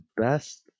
Best